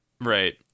right